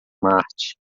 marte